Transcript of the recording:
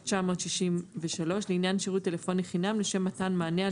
התשכ"ג-1963 לעניין שירות טלפוני חינם לשם מתן מענה על